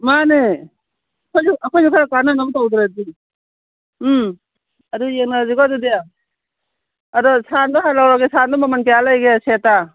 ꯃꯥꯟꯅꯦ ꯑꯩꯈꯣꯏꯁꯨ ꯈꯔ ꯀꯥꯟꯅꯅꯕ ꯇꯧꯗ꯭ꯔꯗꯤ ꯎꯝ ꯑꯗꯨ ꯌꯦꯡꯅꯔꯁꯤꯀꯣ ꯑꯗꯨꯗꯤ ꯑꯗꯣ ꯁꯥꯜꯗꯣ ꯍꯥꯟꯅ ꯂꯧꯔꯒꯦ ꯁꯥꯜꯗꯨ ꯃꯃꯜ ꯀꯌꯥ ꯂꯩꯒꯦ ꯁꯦꯠꯇ